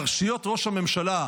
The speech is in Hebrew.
פרשיות ראש הממשלה,